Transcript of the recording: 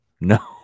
no